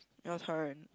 your turn